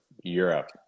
Europe